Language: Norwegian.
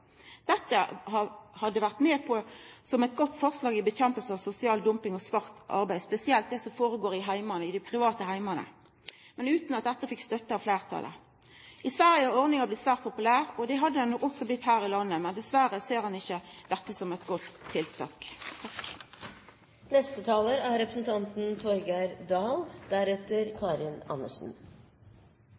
Dette hadde vore eit godt forslag for å kjempa mot sosial dumping og svart arbeid, spesielt det som går føre seg i dei private heimane – men utan at dette fekk støtte av fleirtalet. I Sverige er ordninga blitt svært populær. Det hadde ho nok også blitt her i landet, men dessverre ser ein ikkje dette som eit godt tiltak.